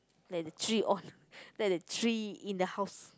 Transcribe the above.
let the three on let the three in the house